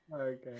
Okay